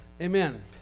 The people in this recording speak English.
Amen